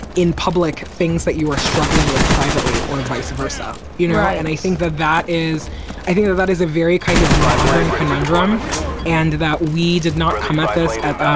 in public things that you are struggling with privately or vice versa. you know right. and i think that that is i think that that is a very kind of modern conundrum and that we did not come at this at, um